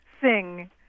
sing